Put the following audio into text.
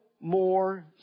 more